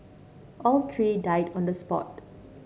all three died on the spot